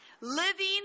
Living